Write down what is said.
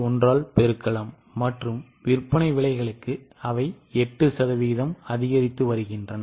1 ஆல் பெருக்கலாம் மற்றும் விற்பனை விலைகள் 8 சதவீதம் அதிகரித்து வருகின்றன